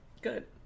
Good